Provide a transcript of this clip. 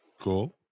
Cool